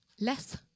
less